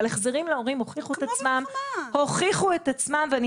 אבל החזרים להורים הוכיחו את עצמם ואני